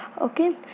okay